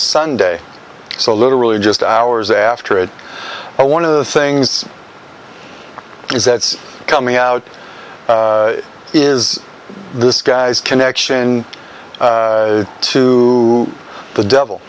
sunday so literally just hours after it i one of the things is that's coming out is this guy's connection to the devil